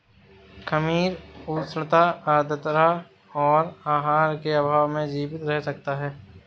खमीर उष्णता आद्रता और आहार के अभाव में जीवित रह सकता है